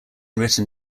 written